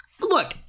Look